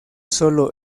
solo